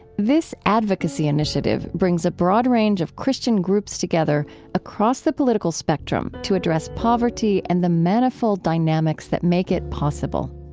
this advocacy initiative brings a broad range of christian groups together across the political spectrum to address poverty and the manifold dynamics that make it possible